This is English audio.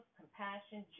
compassion